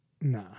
Nah